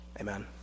Amen